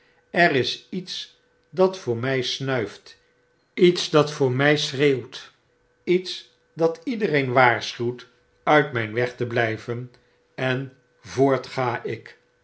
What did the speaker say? er is lets dat voor my snuift iets dat voor mij schreeuwt iets dat iedereen waarschuwt uit mp weg te bljjven en voort ga ik